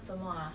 ya meh